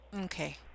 Okay